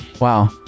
Wow